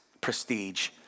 prestige